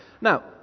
Now